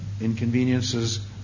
inconveniences